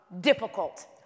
difficult